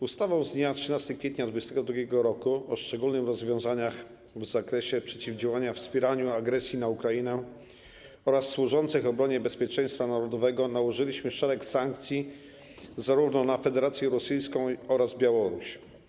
Ustawą z dnia 13 kwietnia 2022 r. o szczególnych rozwiązaniach w zakresie przeciwdziałania wspieraniu agresji na Ukrainę oraz służących obronie bezpieczeństwa narodowego nałożyliśmy szereg sankcji zarówno na Federację Rosyjską, jak i Białoruś.